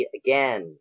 again